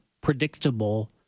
predictable